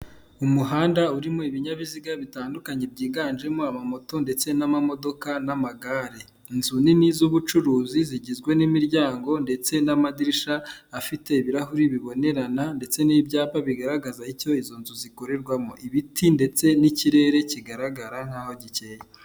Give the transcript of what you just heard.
Umuhanda urimo ibinyabiziga bitandukanye byiganjemo amamoto ndetse n'amamodoka n'amagare, inzu nini z'ubucuruzi zigizwe n'imiryango ndetse n'amadirisha afite ibirahuri bibonerana ndetse n'ibyapa bigaragaza icyo izo nzu zikorerwamo, ibiti ndetse n'ikirere kigaragara nk'aho gikeye.